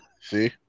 See